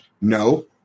no